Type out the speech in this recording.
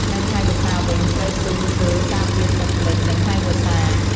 នៅខែវស្សាវិញ ត្រូវពូនគល់ការពារទឹកលិចនៅខែវស្សា។